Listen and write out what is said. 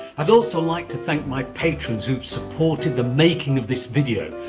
i would also like to thank my patrons who have supported the making of this video.